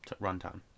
runtime